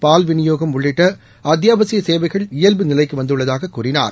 பால் விளியோகம் உள்ளிட்ட அத்தியாவசிய சேவைகள் இயல்பு நிலைக்கு வந்துள்ளதாக கூறினார்